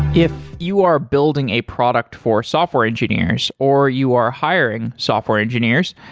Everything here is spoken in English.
if you are building a product for software engineers, or you are hiring software engineers,